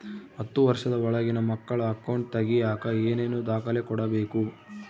ಹತ್ತುವಷ೯ದ ಒಳಗಿನ ಮಕ್ಕಳ ಅಕೌಂಟ್ ತಗಿಯಾಕ ಏನೇನು ದಾಖಲೆ ಕೊಡಬೇಕು?